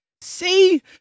see